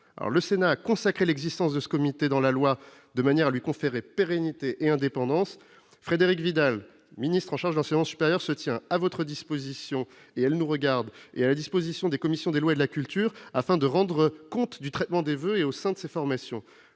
le Sénat a consacré l'existence de ce comité dans la loi, de manière à lui conférer pérennité et indépendance Frédérique Vidal, ministre en charge de l'enseignement supérieur, se tient à votre disposition et elle nous regarde et à la disposition des commissions des lois et de la culture afin de rendre compte du traitement des voeux et au sein de ces formations,